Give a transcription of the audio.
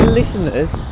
listeners